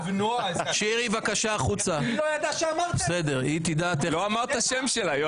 הוא לא אמר את השם שלה.